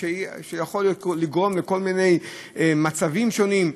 שיכול לגרום לכל מיני מצבים שונים,